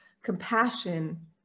compassion